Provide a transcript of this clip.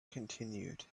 continued